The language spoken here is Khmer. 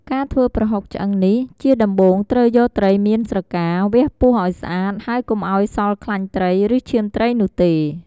ការធ្វើប្រហុកឆ្អឹងនេះ ជាដំបូងត្រូវយកត្រីមានស្រកា វះពោះឱ្យស្អាត ហើយកុំឱ្យសល់ខ្លាញ់ត្រី ឬឈាមត្រីនោះទេ។